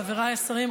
חבריי השרים,